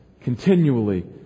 continually